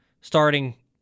starting